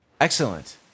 Excellent